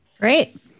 great